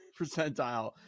percentile